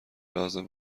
لازم